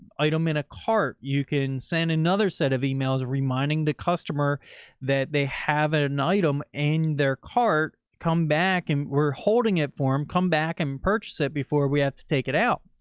item in a cart, you can send another set of emails, reminding the customer that they have an item in their cart, come back and we're holding it for them. um come back and purchase it before we have to take it out.